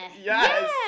Yes